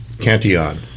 cantillon